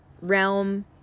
realm